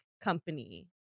company